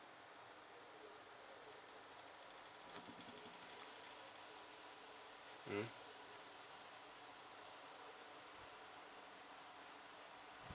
mm